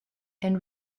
and